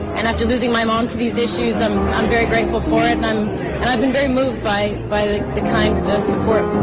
and after losing my mom to these issues i'm i'm very grateful for it, and i've been very moved by by the the kind support